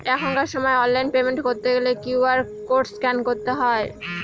এখনকার সময় online payment করতে গেলে কিউ.আর কোড স্ক্যান করতে হয়